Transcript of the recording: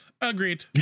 agreed